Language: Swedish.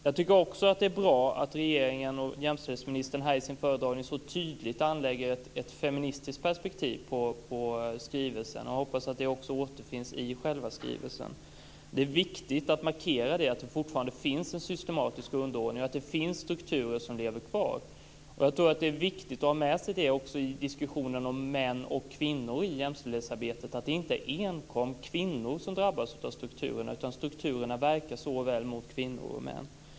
Jag tycker också att det är bra att regeringen och jämställdhetsministern här i sin föredragning så tydligt anlägger ett feministiskt perspektiv på skrivelsen. Jag hoppas att detta också återfinns i själva skrivelsen. Det är viktigt att markera att det fortfarande finns en systematisk underordning och att det finns strukturer som lever kvar. Jag tror att det är viktigt att ha med sig det också i diskussionen om män och kvinnor i jämställdhetsarbetet; att det inte enkom är kvinnor som drabbas av strukturerna. Strukturerna verkar mot såväl kvinnor som män.